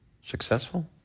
Successful